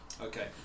Okay